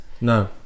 no